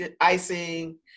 icing